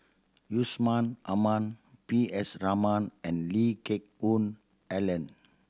Yusman Aman P S Raman and Lee Geck Hoon Ellen